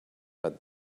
but